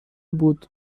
بود